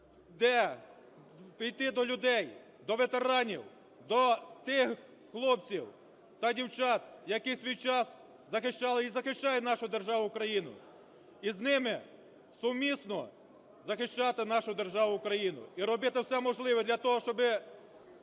де… Піти до людей, до ветеранів, до тих хлопців та дівчат, які в свій час захищали і захищають нашу державу Україну, і з ними сумісно захищати нашу державу Україну. І робити все можливе для того, щоби